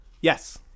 Yes